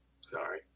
Sorry